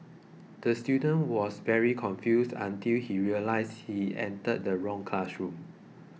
the student was very confused until he realised he entered the wrong classroom